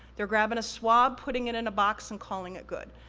they're grabbing a swab, putting it in a box, and calling it good.